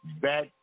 back